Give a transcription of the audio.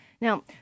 Now